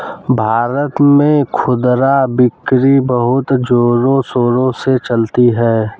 भारत में खुदरा बिक्री बहुत जोरों शोरों से चलती है